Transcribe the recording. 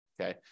Okay